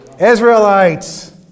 Israelites